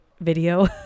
video